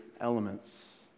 elements